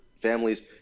families